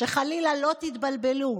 שחלילה לא תתבלבלו,